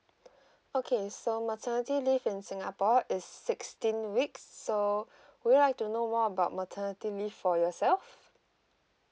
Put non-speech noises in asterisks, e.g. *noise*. *breath* okay so maternity leave in singapore is sixteen weeks so *breath* would you like to know more about maternity leave for yourself